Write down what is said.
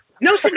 No